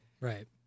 Right